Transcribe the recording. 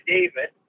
David